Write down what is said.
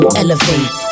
elevate